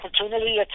opportunity